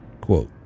quote